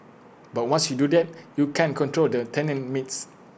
but once you do that you can't control the tenant mix